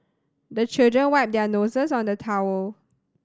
the children wipe their noses on the towel